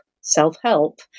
self-help